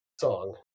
song